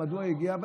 מדוע הוא הגיע,